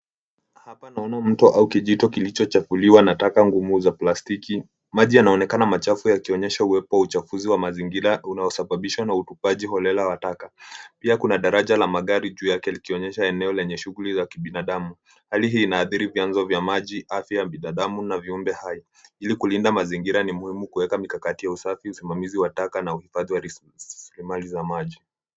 Hapa naona mto au kijito kilichochafuliwa na taka ngumu za plastiki. Maji yanaonekana machafu yakionyesha uwepo wa uchafuzi wa mazingira unaosababishwa na utupaji holela wa taka. Pia kuna daraja la magari juu yake likionyesha eneo lenye shughuli za kibinadamu. Hali hii inaathiri vyanzo vya maji, afya ya binadamu na viumbe hai. Ili kulinda mazingira ni muhimu kuweka mikakati ya usafi, usimamizi wa taka na uhifadhi wa raslimali za maji.